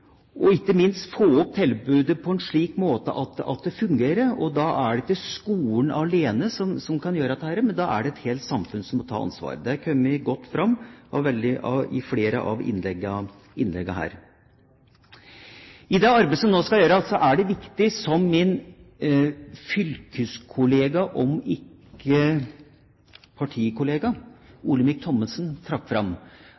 tilbudet på en slik måte at det fungerer. Det er ikke skolen alene som kan gjøre dette, men da er det et helt samfunn som må ta ansvar. Det er kommet godt fram i flere av innleggene her. I det arbeidet som nå skal gjøres, er det viktig, som min fylkeskollega, om ikke